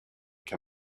can